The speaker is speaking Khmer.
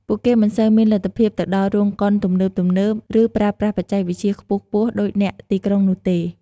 ពួកគេមិនសូវមានលទ្ធភាពទៅដល់រោងកុនទំនើបៗ ឬប្រើប្រាស់បច្ចេកវិទ្យាខ្ពស់ៗដូចអ្នកទីក្រុងនោះទេ។